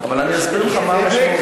אבל אסביר לך מה המשמעות.